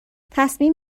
تصمیم